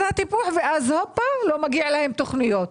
הטיפוח ואז עוד פעם לא מגיע להם תוכניות.